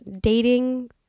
dating